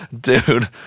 Dude